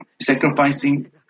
Sacrificing